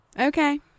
Okay